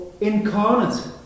incarnate